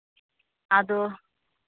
ᱟᱫᱚ